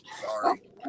sorry